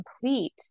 complete